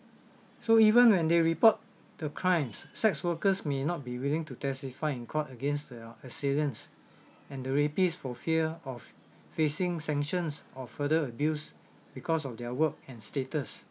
so even when they report the crimes sex workers may not be willing to testify in court against their assailants and the rapist for fear of facing sanctions or further abuse because of their work and status